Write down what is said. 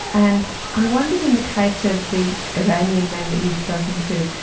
and i wondered, in the case of the iranian men that you've spoken to,